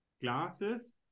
glasses